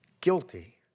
guilty